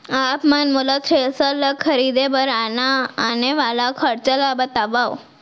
आप मन मोला थ्रेसर ल खरीदे बर आने वाला खरचा ल बतावव?